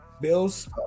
Bills